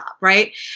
Right